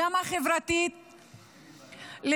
השירותים שניתנים בפריפריה הגאוגרפית וגם החברתית,